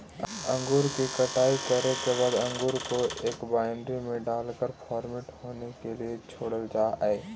अंगूर की कटाई करे के बाद अंगूर को एक वायनरी में डालकर फर्मेंट होने के लिए छोड़ल जा हई